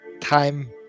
time